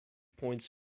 points